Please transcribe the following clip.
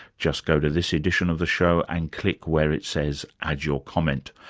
just go to this edition of the show and click where it says add your comment.